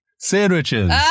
Sandwiches